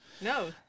No